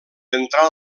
entrar